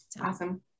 Awesome